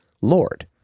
Lord